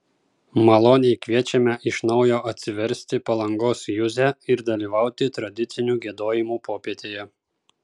maloniai kviečiame iš naujo atsiversti palangos juzę ir dalyvauti tradicinių giedojimų popietėje